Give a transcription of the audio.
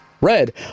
Red